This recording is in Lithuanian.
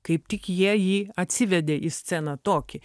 kaip tik jie jį atsivedė į sceną tokį